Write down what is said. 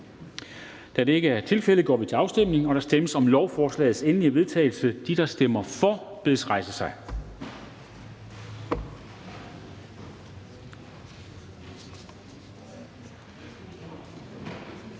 Afstemning Formanden (Henrik Dam Kristensen): Der stemmes om lovforslagets endelige vedtagelse. De, der stemmer for, bedes rejse sig.